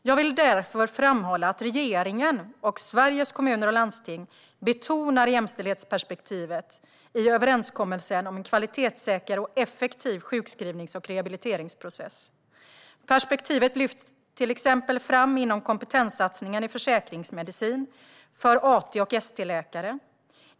Jag vill därför framhålla att regeringen och Sveriges Kommuner och Landsting betonar jämställdhetsperspektivet i överenskommelsen om en kvalitetssäker och effektiv sjukskrivnings och rehabiliteringsprocess. Perspektivet lyfts till exempel fram inom kompetenssatsningen i försäkringsmedicin för AT och ST-läkare.